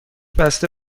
بسته